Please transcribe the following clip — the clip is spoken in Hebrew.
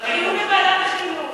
בוועדת החינוך.